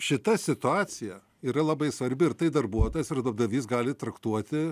šita situacija yra labai svarbi ir tai darbuotojas ir darbdavys gali traktuoti